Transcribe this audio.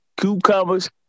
cucumbers